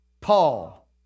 Paul